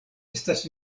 estas